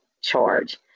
charge